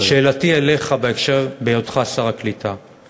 שאלתי אליך בהקשר זה, בהיותך שר העלייה והקליטה: